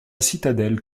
citadelle